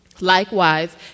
Likewise